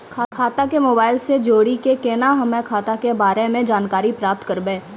खाता के मोबाइल से जोड़ी के केना हम्मय खाता के बारे मे जानकारी प्राप्त करबे?